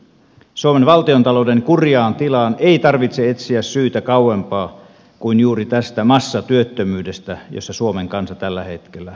suomen valtiontalouden kurjaan tilaan ei tarvitse etsiä syytä kauempaa kuin juuri tästä massatyöttömyydestä jossa suomen kansa tällä hetkellä vaeltaa